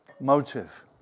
motive